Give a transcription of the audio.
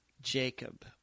Jacob